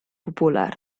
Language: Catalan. popular